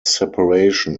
separation